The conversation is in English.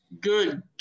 Good